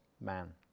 man